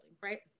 right